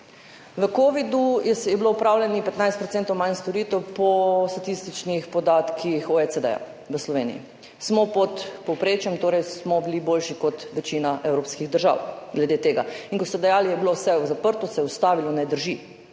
v Sloveniji opravljenih 15 % manj storitev po statističnih podatkih OECD. Smo pod povprečjem, torej smo bili boljši kot večina evropskih držav glede tega. In ko ste dejali, da je bilo vse zaprto, se je ustavilo – ne drži.